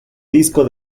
disco